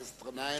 רע"ם-תע"ל.